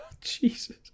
Jesus